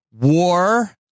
war